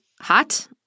hot